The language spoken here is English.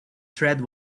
tread